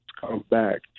comeback